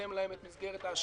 ולצמצם להם את מסגרת האשראי